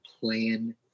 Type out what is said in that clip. plan